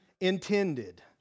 intended